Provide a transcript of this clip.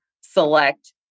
select